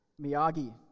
Miyagi